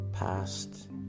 past